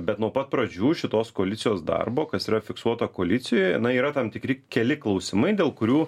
bet nuo pat pradžių šitos koalicijos darbo kas yra fiksuota koalicijoje na yra tam tikri keli klausimai dėl kurių